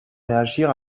réagir